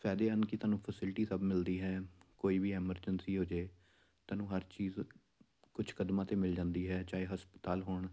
ਫ਼ਾਇਦੇ ਹਨ ਕਿ ਤੁਹਾਨੂੰ ਫੈਸਿਲਿਟੀ ਸਭ ਮਿਲਦੀ ਹੈ ਕੋਈ ਵੀ ਐਮਰਜੰਸੀ ਹੋ ਜਾਵੇ ਤੁਹਾਨੂੰ ਹਰ ਚੀਜ਼ ਕੁਛ ਕਦਮਾਂ 'ਤੇ ਮਿਲ ਜਾਂਦੀ ਹੈ ਚਾਹੇ ਹਸਪਤਾਲ ਹੋਣ